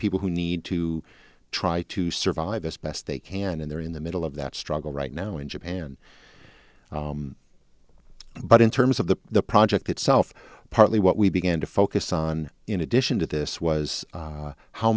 people who need to try to survive as best they can and they're in the middle of that struggle right now in japan but in terms of the project itself partly what we began to focus on in addition to this was